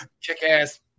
chick-ass